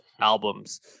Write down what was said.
albums